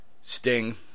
Sting